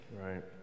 Right